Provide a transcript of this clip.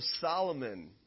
solomon